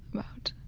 about